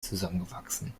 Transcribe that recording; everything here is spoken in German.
zusammengewachsen